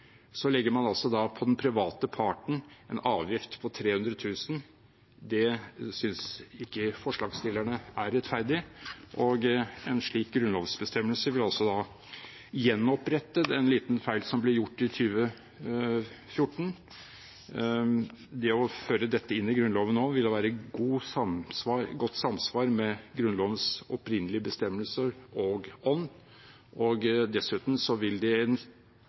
legger man på den private parten en avgift på 300 000 kr. Det synes ikke forslagsstillerne er rettferdig. En slik grunnlovsbestemmelse vil gjenopprette en liten feil som ble gjort i 2014. Det å føre dette inn i Grunnloven nå vil være i godt samsvar med Grunnlovens opprinnelige bestemmelse og ånd. Dessuten vil